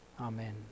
Amen